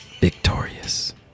victorious